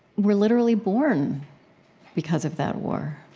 were literally born because of that war